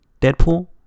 Deadpool